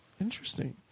Interesting